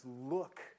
look